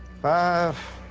five,